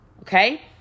Okay